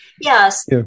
Yes